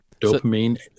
dopamine